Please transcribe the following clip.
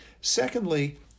Secondly